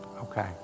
okay